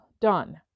done